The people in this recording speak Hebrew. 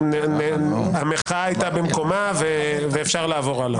המחאה הייתה במקומה ואפשר לעבור הלאה.